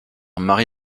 mary